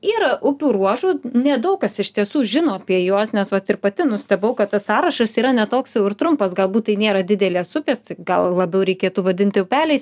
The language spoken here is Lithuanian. yra upių ruožų nedaug kas iš tiesų žino apie juos nes vat ir pati nustebau kad tas sąrašas yra ne toks jau ir trumpas galbūt tai nėra didelės upės gal labiau reikėtų vadinti upeliais